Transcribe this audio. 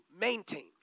maintain